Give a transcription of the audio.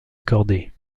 accordée